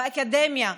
באקדמיה,